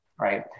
right